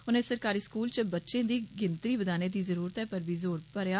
उनें सरकारी स्कूलें च बच्चें दी गिनत्री बदाने दी ज़रूरतै पर ज़ोर भरेआ